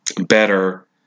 better